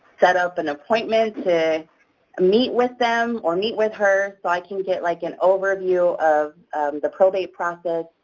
set up an appointment to meet with them or meet with her so i can get like an overview of the program. process.